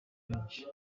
benshi